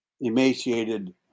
emaciated